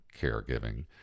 caregiving